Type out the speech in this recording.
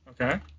Okay